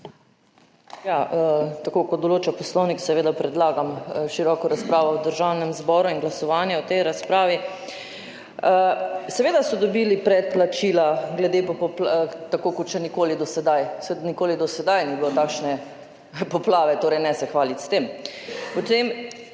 tako kot določa Poslovnik, seveda predlagam široko razpravo v Državnem zboru in glasovanje o tej razpravi. Seveda so dobili predplačila tako, kot še nikoli do sedaj, saj nikoli do sedaj ni bilo takšne poplave, torej se ne hvaliti s tem. Potem,